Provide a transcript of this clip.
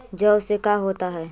जौ से का होता है?